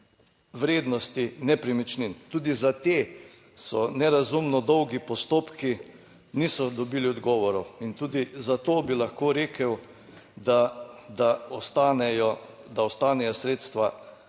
vrednosti nepremičnin, tudi za te so nerazumno dolgi postopki, niso dobili odgovorov in tudi zato bi lahko rekel, da ostanejo, da